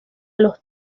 los